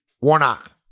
Warnock